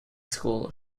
school